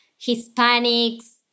Hispanics